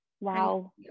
Wow